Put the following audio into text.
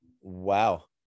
Wow